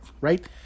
right